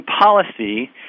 policy